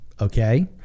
okay